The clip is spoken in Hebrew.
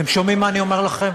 אתם שומעים מה אני אומר לכם?